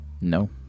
No